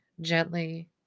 gently